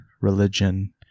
religion